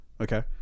Okay